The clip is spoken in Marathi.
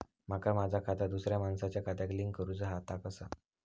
माका माझा खाता दुसऱ्या मानसाच्या खात्याक लिंक करूचा हा ता कसा?